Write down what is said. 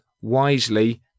wisely